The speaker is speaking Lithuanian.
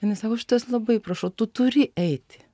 jinai sako aš tavęs labai prašau tu turi eit